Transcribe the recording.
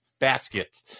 basket